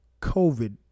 COVID